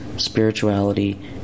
spirituality